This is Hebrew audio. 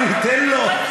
אני אתן לו.